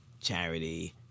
charity